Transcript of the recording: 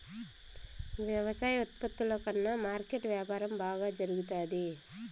వ్యవసాయ ఉత్పత్తుల కన్నా మార్కెట్ వ్యాపారం బాగా జరుగుతాది